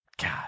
God